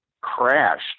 crashed